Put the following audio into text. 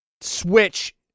Switch